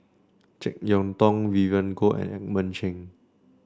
JeK Yeun Thong Vivien Goh at and Edmund Cheng